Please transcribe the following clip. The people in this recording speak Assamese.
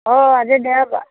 অঁ আজি দেয়া